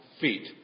feet